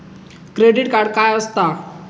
Credit card काय असता?